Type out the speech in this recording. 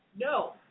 No